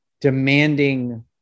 demanding